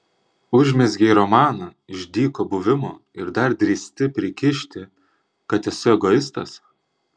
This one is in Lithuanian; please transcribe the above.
užmezgei romaną iš dyko buvimo ir dar drįsti prikišti kad esu egoistas